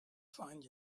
find